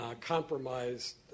compromised